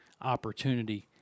opportunity